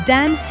Dan